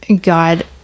God